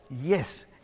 Yes